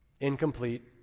incomplete